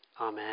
Amen